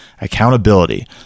accountability